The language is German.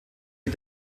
wie